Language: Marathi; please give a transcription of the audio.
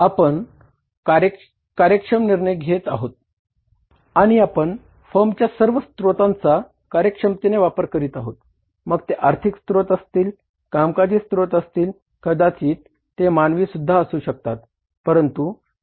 आपण कार्यक्षम निर्णय घेत आहोत आणि आपण फर्मच्या सर्व स्त्रोतांचा कार्यक्षमतेने वापर करीत आहोत मग ते आर्थिक स्रोत असतील कामकाजी स्रोत असतील कदाचित ते मानवी सुद्धा असू शकतात